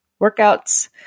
workouts